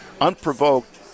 Unprovoked